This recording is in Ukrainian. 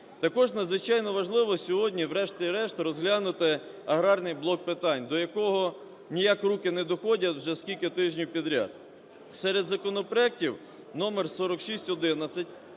Також надзвичайно важливо сьогодні врешті-решт розглянути аграрний блок питань, до якого ніяк руки не доходять вже скільки тижнів підряд. Серед законопроектів: № 4611